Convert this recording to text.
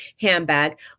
handbag